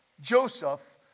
Joseph